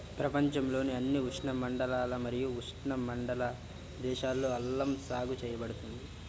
ప్రపంచంలోని అన్ని ఉష్ణమండల మరియు ఉపఉష్ణమండల దేశాలలో అల్లం సాగు చేయబడుతుంది